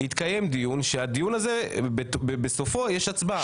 יתקיים דיון ובסופו יש הצבעה.